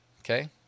okay